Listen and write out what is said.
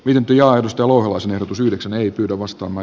mänty ja arvostelua sen ehdotus yhdeksän ei pyydä vasta oma